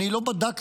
אני לא בדקתי,